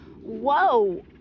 whoa